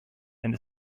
and